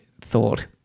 thought